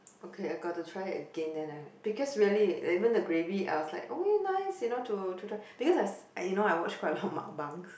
okay I got to try it again then I because really even the gravy I was like oh nice you know to to try because I you know I watch quite a lot of mukbangs